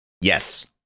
yes